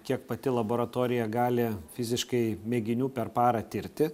kiek pati laboratorija gali fiziškai mėginių per parą tirti